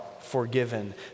forgiven